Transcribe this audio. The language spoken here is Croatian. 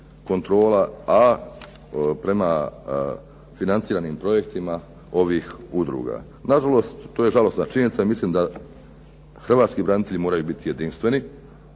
a prema financiranim projektima ovih udruga. Nažalost, to je žalosna činjenica, mislim da hrvatski branitelji moraju biti jedinstveni